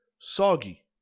soggy